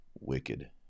wicked